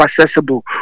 accessible